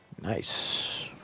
Nice